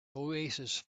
oasis